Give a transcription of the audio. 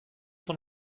von